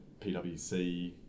PwC